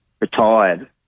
retired